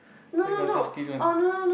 where got touchscreen one